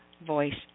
voice